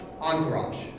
Entourage